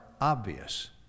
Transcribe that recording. obvious